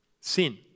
sin